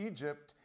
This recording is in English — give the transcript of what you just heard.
Egypt